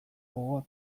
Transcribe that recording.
gogoa